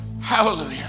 Hallelujah